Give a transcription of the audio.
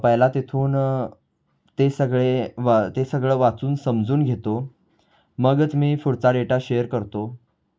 पहिला तिथून ते सगळे वा ते सगळं वाचून समजून घेतो मगच मी पुढचा डेटा शेअर करतो